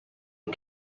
und